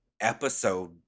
episode